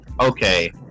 okay